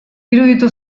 iruditu